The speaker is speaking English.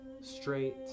straight